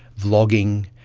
vlogging,